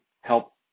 help